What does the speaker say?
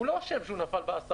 הוא לא אשם שהוא נפל ב-10%,